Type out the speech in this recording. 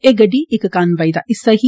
एह् गड्डी इक कानवाई दा हिस्सा ही